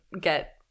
get